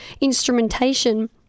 instrumentation